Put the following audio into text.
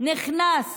נכנס